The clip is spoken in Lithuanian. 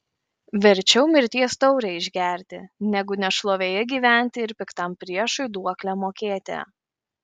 verčiau mirties taurę išgerti negu nešlovėje gyventi ir piktam priešui duoklę mokėti